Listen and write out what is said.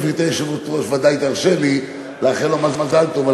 גברתי היושבת-ראש ודאי תרשה לי לאחל לו מזל טוב על